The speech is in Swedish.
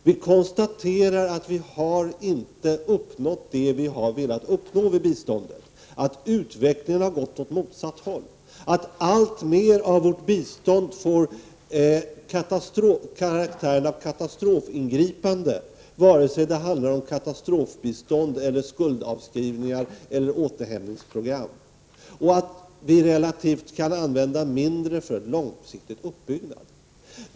Vi konstaterar att vi inte har uppnått det vi har velat uppnå med biståndet, att utvecklingen har gått åt motsatt håll, att alltmer av vårt bistånd får karaktären av katastrofingripande, vare sig det handlar om katastrofbistånd, skuldavskrivningar eller återhämtningsprogram och att vi relativt sett kan använda mindre pengar för långsiktig uppbyggnad.